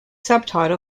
subtitle